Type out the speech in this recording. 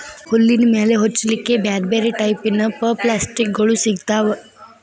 ಹುಲ್ಲಿನ ಮೇಲೆ ಹೊಚ್ಚಲಿಕ್ಕೆ ಬ್ಯಾರ್ ಬ್ಯಾರೆ ಟೈಪಿನ ಪಪ್ಲಾಸ್ಟಿಕ್ ಗೋಳು ಸಿಗ್ತಾವ